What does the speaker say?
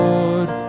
Lord